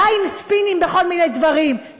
די עם ספינים בכל מיני דברים.